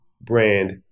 brand